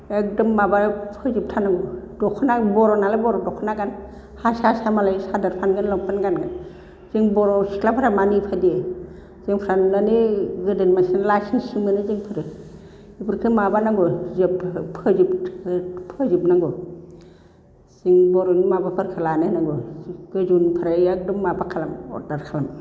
एकदम माबा फोजोब थारनांगौ दखना बर' नालाय बर' दखना गान हारसा हारसा मालाय सादर फानगोन लंपेन्ट गानगोन जों बर' सिख्लाफोरा मानो बेफोरबायदि जोंफ्रा नुनानै गोदोनि मानसिफ्रा लासिंसिं मोनो जोंफोर बेफोरखौ माबानांगो फोजोबनांगौ जों बर'नि माबाफोरखो लानो होनांगौ गोजौनिफ्राय एकदम माबा खालाम अर्डार खालाम